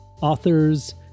authors